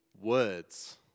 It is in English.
words